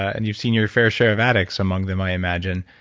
and you've seen your fair share of addicts among them i imagine,